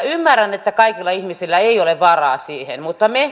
ymmärrän että kaikilla ihmisillä ei ole varaa siihen mutta me